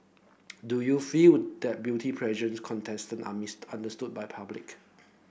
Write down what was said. do you feel that beauty contestant are missed understood by public